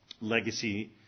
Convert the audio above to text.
Legacy